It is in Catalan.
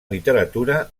literatura